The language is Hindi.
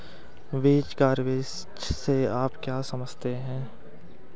बीमा कवरेज से आप क्या समझते हैं?